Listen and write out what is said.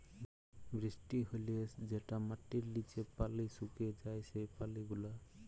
বৃষ্টি হ্যলে যেটা মাটির লিচে পালি সুকে যায় সেই পালি গুলা